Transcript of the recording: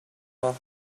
for